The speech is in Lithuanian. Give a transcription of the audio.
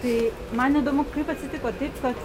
tai man įdomu kaip atsitiko taip kad